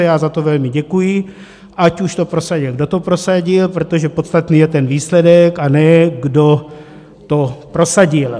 Já za to velmi děkuji, ať už to prosadil, kdo to prosadil, protože podstatný je ten výsledek, a ne kdo to prosadil.